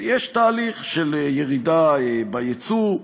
יש תהליך של ירידה בייצור,